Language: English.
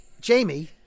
Jamie